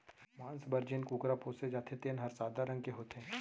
मांस बर जेन कुकरा पोसे जाथे तेन हर सादा रंग के होथे